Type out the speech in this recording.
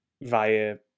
via